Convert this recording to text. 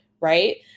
right